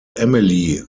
emily